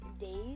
days